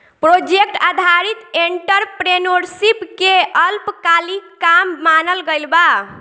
project आधारित entrepreneurship के अल्पकालिक काम मानल गइल बा